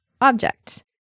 object